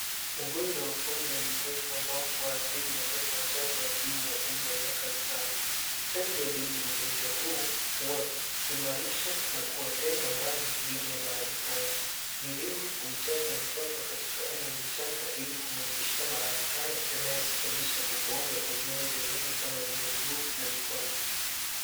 Ugonjwa wa polio ni ugonjwa huathiri watoto wachanga walio chini ya umri wa miaka mitano. Chanjo dhidi ya magonjwa haya huimarisha kinga na kuwalinda watoto dhidi ya maradhi haya. Ni vyema kumchanja mtoto katika umri mdogo ili kumuepusha na maradhi haya ambayo husababisha kupooza kwa viungo vya mwili kama vile miguu na mikono.